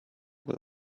will